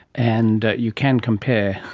and you can compare,